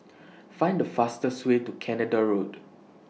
Find The fastest Way to Canada Road